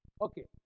Okay